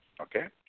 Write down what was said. Okay